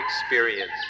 experience